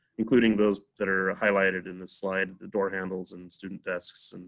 including those that are highlighted in the slide, the door handles and student desks, and